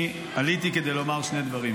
עליתי כדי לומר שני דברים.